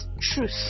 truth